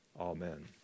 amen